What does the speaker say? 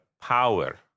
power